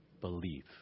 Believe